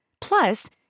Plus